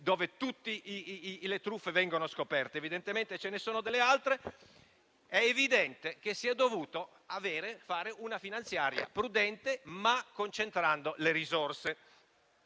che tutte le truffe siano state scoperte (evidentemente ce ne sono delle altre), è evidente che si è dovuto fare una finanziaria prudente, concentrando le risorse.